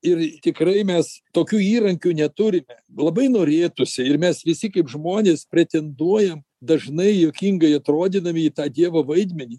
ir tikrai mes tokių įrankių neturime labai norėtųsi ir mes visi kaip žmonės pretenduojam dažnai juokingai atrodydami į tą dievo vaidmenį